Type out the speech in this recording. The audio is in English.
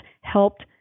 helped